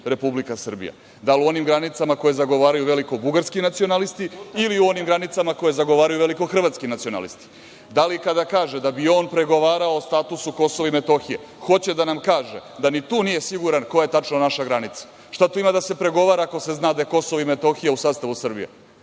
Republika Srbija? Da li u onim granicama koje zagovaraju velikobugarski nacionalisti ili u onim granicama koje zagovaraju velikohrvatski nacionalisti? Da li kada kaže da bi on pregovarao statusu Kosova i Metohije, hoće da nam kaže da ni tu nije siguran ko je tačno naša granica. Šta tu ima da se pregovara ako se zna da je Kosovo i Metohija u sastavu Srbije?